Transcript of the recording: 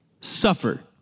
suffer